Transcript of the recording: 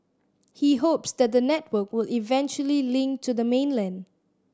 he hopes that the network will eventually link to the mainland